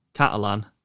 Catalan